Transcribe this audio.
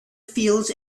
fields